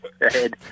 ahead